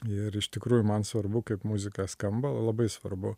ir iš tikrųjų man svarbu kaip muzika skamba labai svarbu